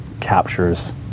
captures